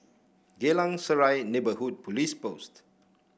Geylang Serai Neighbourhood Police Post